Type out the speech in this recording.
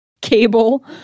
cable